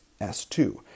S2